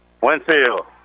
Winfield